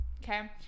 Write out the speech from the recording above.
Okay